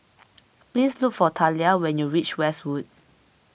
please look for Thalia when you reach Westwood